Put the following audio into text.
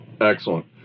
Excellent